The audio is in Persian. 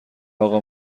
اقا